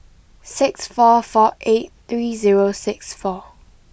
six four four eight three zero six four